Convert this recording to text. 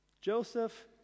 Joseph